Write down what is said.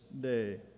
day